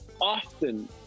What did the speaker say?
often